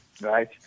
right